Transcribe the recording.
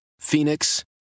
Phoenix